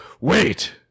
wait